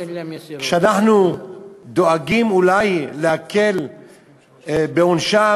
כשאנחנו דואגים אולי להקל בעונשם,